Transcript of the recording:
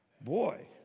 boy